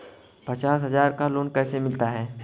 पचास हज़ार का लोन कैसे मिलता है?